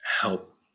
help